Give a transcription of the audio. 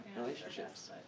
relationships